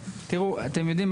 תראו, אתם יודעים?